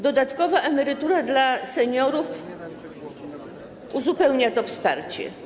Dodatkowa emerytura dla seniorów uzupełnia to wsparcie.